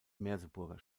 merseburger